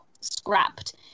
scrapped